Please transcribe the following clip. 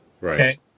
Right